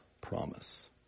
promise